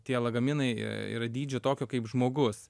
tie lagaminai yra dydžio tokio kaip žmogus